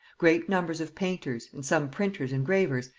great numbers of painters, and some printers and gravers,